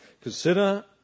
Consider